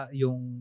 yung